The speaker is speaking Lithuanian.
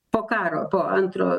po karo po antro